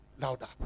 louder